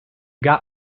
got